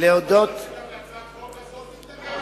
להצעת חוק זו תתנגד הממשלה?